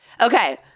Okay